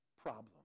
problem